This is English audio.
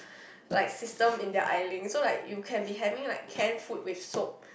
like system in their isleing and so like you can be having can food with soap